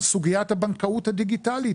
על סוגיית הבנקאות הדיגיטלית,